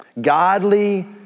godly